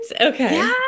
okay